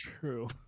true